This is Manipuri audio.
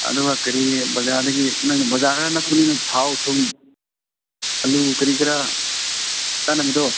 ꯑꯗꯨꯒ ꯀꯔꯤ ꯕꯖꯥꯔꯗꯒꯤ ꯅꯪ ꯕꯖꯥꯔ ꯈꯔ ꯅꯛꯄꯅꯤꯅ ꯊꯥꯎ ꯊꯨꯝ ꯑꯂꯨ ꯀꯔꯤ ꯀꯔꯥ ꯆꯥꯅꯕꯗꯣ